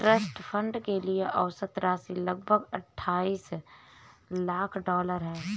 trust fund के लिए औसत राशि लगभग अट्ठाईस लाख डॉलर है